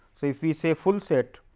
so, if we say full set.